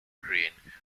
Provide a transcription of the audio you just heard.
green